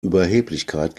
überheblichkeit